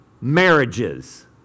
marriages